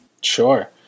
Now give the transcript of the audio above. Sure